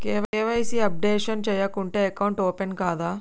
KYC updation చేయకుంటే account open కాదా?